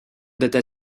data